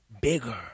bigger